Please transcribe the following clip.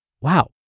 wow